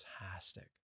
fantastic